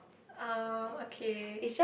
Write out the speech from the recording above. uh okay